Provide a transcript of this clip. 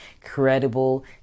Credible